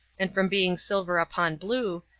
and from being silver upon blue,